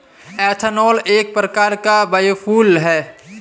ethanol एक प्रकार का बायोफ्यूल है